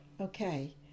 Okay